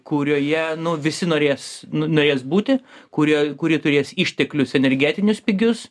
kurioje visi norės norės būti kurie kuri turės išteklius energetinius pigius